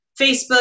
Facebook